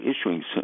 issuing